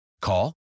Call